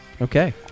Okay